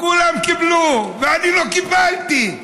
כולם קיבלו ואני לא קיבלתי.